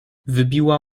wybiła